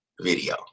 video